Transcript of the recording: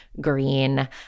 green